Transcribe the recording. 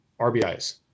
RBIs